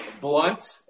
blunt